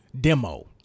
demo